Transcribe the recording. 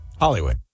Hollywood